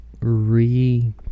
re